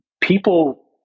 People